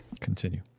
Continue